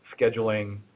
scheduling